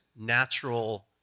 natural